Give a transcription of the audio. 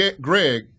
Greg